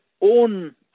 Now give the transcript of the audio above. own